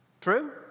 True